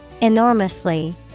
Enormously